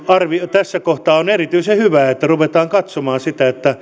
tässä kohtaa on erityisen hyvä että ruvetaan katsomaan sitä